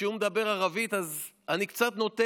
כשהוא מדבר ערבית אז אני קצת נוטה